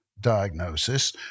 diagnosis